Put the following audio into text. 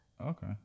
Okay